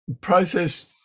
process